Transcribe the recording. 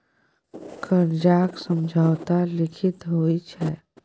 करजाक समझौता लिखित होइ छै